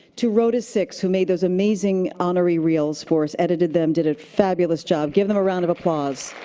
to rotus six, who made those amazing honoree reels for us. edited them, did a fabulous job. give them a round of applause.